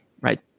right